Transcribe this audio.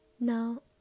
Now